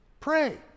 pray